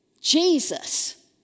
Jesus